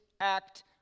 act